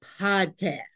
Podcast